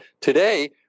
Today